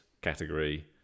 category